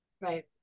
right